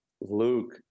Luke